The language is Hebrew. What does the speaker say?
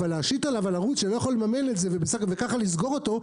אבל להשית על ערוץ שלא יכול לממן את זה וככה לסגור אותו,